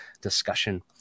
discussion